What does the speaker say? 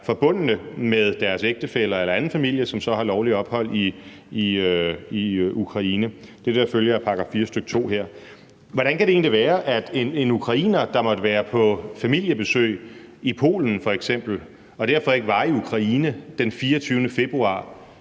forbundne med deres ægtefæller eller anden familie, som så har lovligt ophold i Ukraine. Det er det, der følger af § 4, stk. 2, her. Hvordan kan det egentlig være, at en ukrainer, der f.eks. måtte være på familiebesøg i Polen, og som derfor ikke var i Ukraine den 24. februar,